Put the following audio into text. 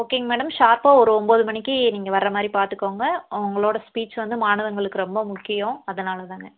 ஓகேங்க மேடம் ஷார்ப்பாக ஒரு ஒம்பது மணிக்கு நீங்கள் வர மாதிரி பார்த்துக்கோங்க உங்களோட ஸ்பீச் வந்து மாணவர்களுக்கு ரொம்ப முக்கியம் அதனால்தாங்க